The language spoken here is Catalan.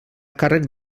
càrrec